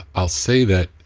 i'll say that,